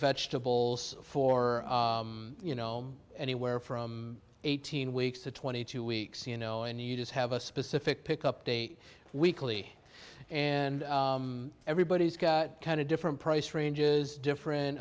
vegetables for you know anywhere from eighteen weeks to twenty two weeks you know and you just have a specific pick up date weekly and everybody's got kind of different price ranges different